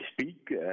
speak